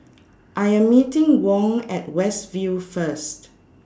I Am meeting Wong At West View First